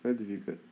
damn difficult